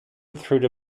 through